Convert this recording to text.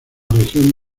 región